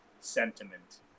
sentiment